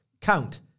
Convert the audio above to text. count